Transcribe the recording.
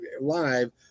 live